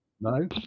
no